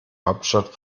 hauptstadt